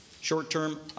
Short-term